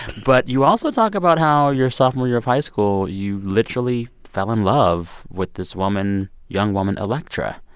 but you also talk about how your sophomore year of high school, you literally fell in love with this woman young woman, electra.